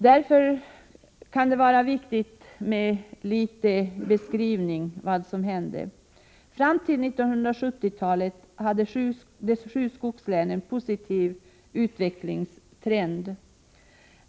Det kan därför vara viktigt med en beskrivning av vad som hände. Fram till mitten av 1970-talet hade de sju skogslänen en positiv utvecklingstrend.